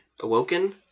Awoken